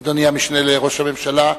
אדוני המשנה לראש הממשלה,